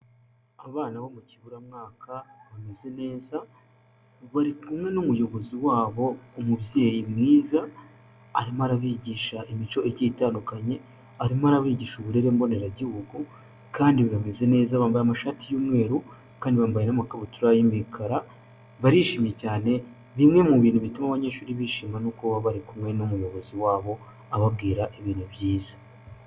Abana bo mu kiburamwaka bameze neza bari kumwe n'umuyobozi wabo umubyeyi mwiza, arimo arabigisha imico igiye itandukanye arimo arabigisha uburere mboneragihugu kandi bameze neza bambaye amashati y'umweru kandi bambaye n'amakabutura y'imikara barishimye cyane, bimwe mu bintu bituma abanyeshuri bishima n'uko baba bari kumwe n'umuyobozi wabo ababwira ibintu byiza.